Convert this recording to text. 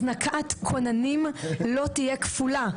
הזנקת כוננים לא תהיה כפולה,